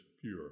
pure